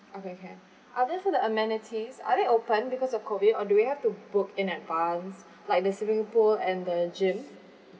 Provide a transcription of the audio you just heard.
okay can are there for the amenities are they open because of COVID or do we have to book in advance like the swimming pool and the gym